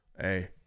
Hey